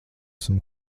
esam